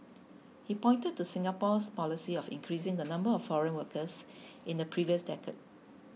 he pointed to Singapore's policy of increasing the number of foreign workers in the previous decade